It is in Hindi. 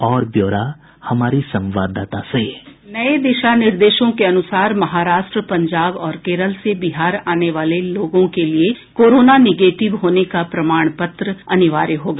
और ब्यौरा हमारी संवाददाता से साउंड बाईट नये दिशा निर्देशों के अनुसार महाराष्ट्र पंजाब और केरल से बिहार आने वाले लोगों के लिये कोरोना निगेटिव होने का प्रमाण पत्र अनिवार्य होगा